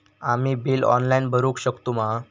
आम्ही bill online भरुक शकतू मा?